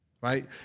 Right